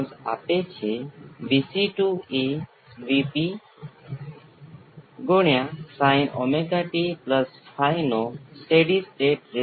હવે તમે આની અંદરના શબ્દોને અલગ કરો અહીં તમને બીજું વિકલન મળશે વગેરે